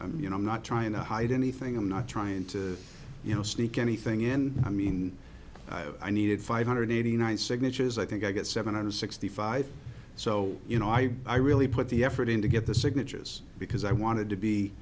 you know i'm not trying to hide anything i'm not trying to you know sneak anything in i mean i needed five hundred eighty nine signatures i think i get seven hundred sixty so you know i i really put the effort in to get the signatures because i wanted to be